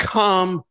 come